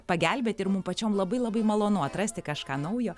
pagelbėti ir mum pačiom labai labai malonu atrasti kažką naujo